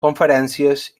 conferències